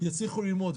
יצליחו ללמוד,